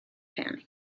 panning